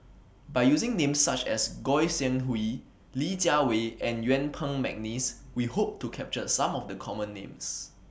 By using Names such as Goi Seng Hui Li Jiawei and Yuen Peng Mcneice We Hope to capture Some of The Common Names